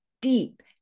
deep